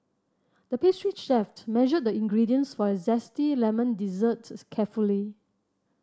the pastry chef measured the ingredients for a zesty lemon dessert carefully